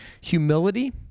humility